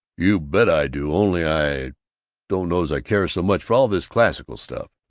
you bet i do! only i don't know s i care so much for all this classical stuff.